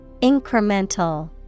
Incremental